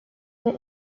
the